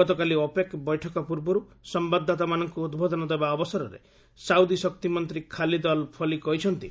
ଗତକାଲି ଓପେକ୍ ବୈଠକ ପୂର୍ବରୁ ସମ୍ଭାଦଦାତାମାନଙ୍କୁ ଉଦ୍ବୋଧନ ଦେବା ଅବସରରେ ସାଉଦି ଶକ୍ତିମନ୍ତ୍ରୀ ଖାଲିଦ୍ ଅଲ୍ ଫଲି କହିଛନ୍ତି